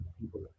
people